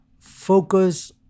Focus